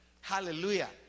Hallelujah